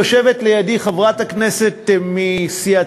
יושבת לידי חברת הכנסת מסיעתי,